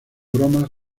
bromas